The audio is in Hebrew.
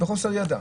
זה חוסר ידע.